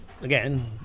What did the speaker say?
again